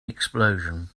explosion